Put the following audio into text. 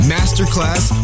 Masterclass